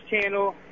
channel